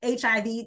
HIV